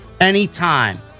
anytime